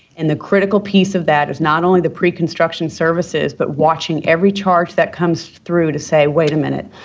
and the critical piece of that is not only the pre-construction services but watching every charge that comes through to say, wait a minute.